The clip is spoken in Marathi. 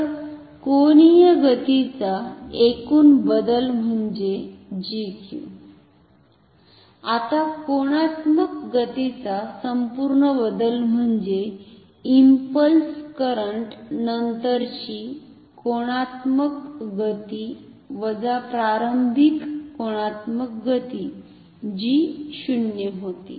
तर कोनीय गतीचा एकूण बदल म्हणजे G Q आता कोनात्मक गतीचा संपूर्ण बदल म्हणजे इंपल्स करंट नंतरची कोनात्मक गती वजा प्रारंभिक कोनात्मक गती जी 0 होती